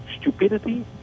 stupidity